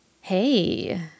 Hey